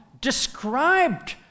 described